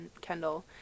Kendall